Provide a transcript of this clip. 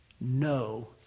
no